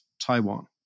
Taiwan